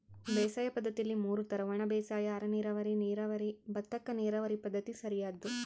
ಬೇಸಾಯ ಪದ್ದತಿಯಲ್ಲಿ ಮೂರು ತರ ಒಣಬೇಸಾಯ ಅರೆನೀರಾವರಿ ನೀರಾವರಿ ಭತ್ತಕ್ಕ ನೀರಾವರಿ ಪದ್ಧತಿ ಸರಿಯಾದ್ದು